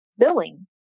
billing